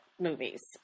movies